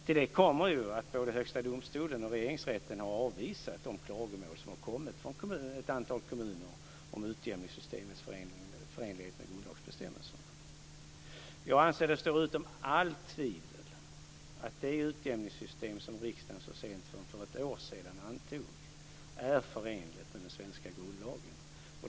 Till det kommer att både Högsta domstolen och Regeringsrätten har avvisat de klagomål som har kommit från ett antal kommuner om utjämningssystemets förenlighet med grundlagsbestämmelserna. Jag anser att det står utom allt tvivel att det utjämningssystem som riksdagen så sent som för ett år sedan antog är förenligt med den svenska grundlagen.